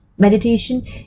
Meditation